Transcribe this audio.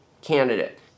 candidate